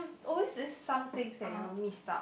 always there's somethings that you will miss up